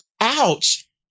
ouch